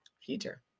Future